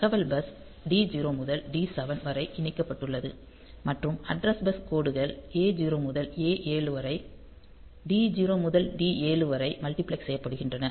தகவல் bus D0 முதல் D7 வரை இணைக்கப்பட்டுள்ளது மற்றும் அட்ரஸ் பஸ் கோடுகள் A0 முதல் A7 வரை D0 முதல் D7 வரை மல்டிபிளக்ஸ் செய்யப்படுகின்றன